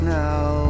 now